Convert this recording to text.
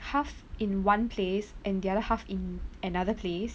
half in one place and the other half in another place